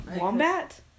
Wombat